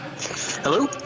Hello